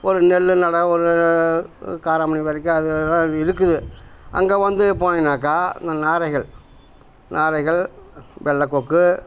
ஒரு நெல் நட ஒரு காராமணி வரைக்கும் அதெல்லாம் அது இருக்குது அங்கே வந்து போனீங்கனாக்கா இந்த நாரைகள் நாரைகள் வெள்ளைக்கொக்கு